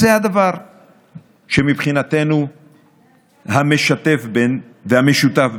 אז זה הדבר שמבחינתנו הוא המשותף בין כולנו.